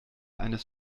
eines